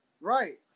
Right